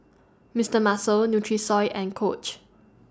Mister Muscle Nutrisoy and Coach